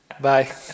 Bye